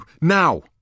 Now